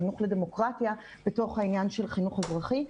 חינוך לדמוקרטיה בתוך העניין של חינוך אזרחי.